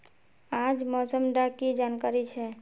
आज मौसम डा की जानकारी छै?